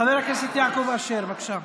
חבר הכנסת יעקב אשר, בבקשה.